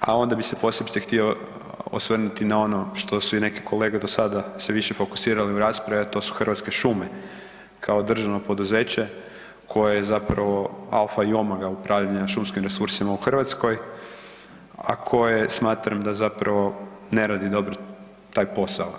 a onda bi se posebice htio osvrnuti na ono što su i neki kolege do sada se više fokusirali u raspravi, a to su Hrvatske šume kao državno poduzeće koje je zapravo alfa i omega u upravljanju šumskim resursima u Hrvatskoj, a koje smatram da zapravo ne radi dobro taj posao.